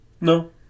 No